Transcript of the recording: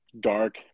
dark